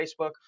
Facebook